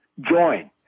join